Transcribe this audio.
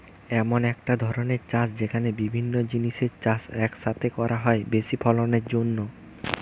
এমন একটা ধরণের চাষ যেখানে বিভিন্ন জিনিসের চাষ এক সাথে করা হয় বেশি ফলনের জন্যে